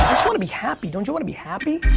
just wanna be happy, don't you wanna be happy?